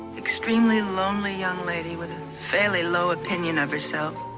extremely lonely young lady with a fairly low opinion of herself